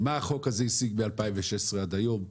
ותבדוק מה החוק הזה השיג מ-2016 עד היום,